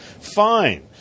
fine